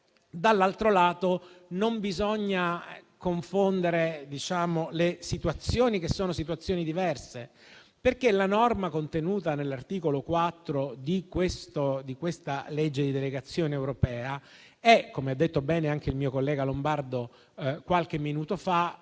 dall'altro lato, non bisogna confondere situazioni che sono diverse. La norma contenuta nell'articolo 4 di questa legge di delegazione europea - come ha detto bene anche il mio collega Lombardo qualche minuto fa